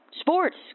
sports